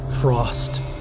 Frost